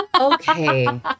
Okay